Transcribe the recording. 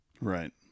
right